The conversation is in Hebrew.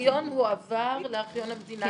אבל הארכיון הועבר לארכיון המדינה.